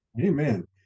Amen